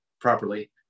properly